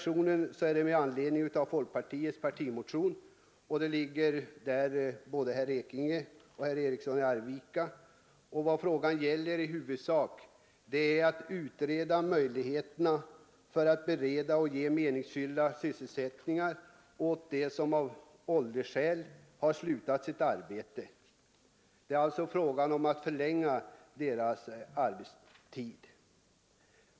I anslutning till folkpartiets partimotion har herrar Eriksson i Arvika och Ekinge avgivit en reservation. I denna reservation krävs i huvudsak en utredning av möjligheterna att bereda meningsfull sysselsättning för personer som av åldersskäl har slutat sitt arbete. Det är alltså fråga om att förlänga deras arbetstid.